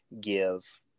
give